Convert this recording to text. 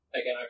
okay